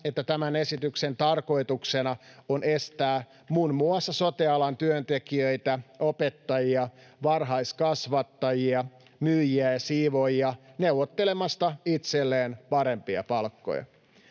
että tämän esityksen tarkoituksena on estää muun muassa sote-alan työntekijöitä, opettajia, varhaiskasvattajia, myyjiä ja siivoojia neuvottelemasta itselleen parempia palkkoja.